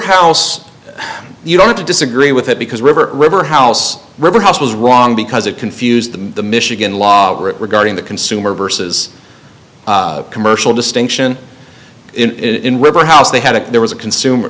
house you don't have to disagree with it because river river house river house was wrong because it confused the michigan law regarding the consumer versus commercial distinction in river house they had a there was a consumer